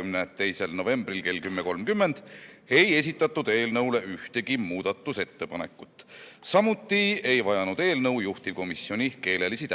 22. novembriks kella 10.30-ks ei esitatud eelnõu kohta ühtegi muudatusettepanekut. Samuti ei vajanud eelnõu juhtivkomisjoni keelelisi